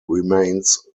remains